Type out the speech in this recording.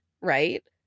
right